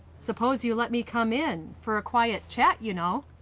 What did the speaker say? suppose you let me come in for a quiet chat, you know.